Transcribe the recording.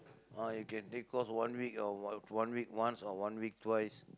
or you can take course one week or one week once or one week twice